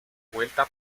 vuelta